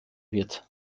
wird